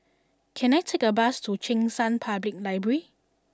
can I take a bus to Cheng San Public Library